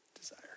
desire